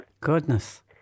Goodness